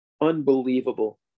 unbelievable